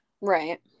Right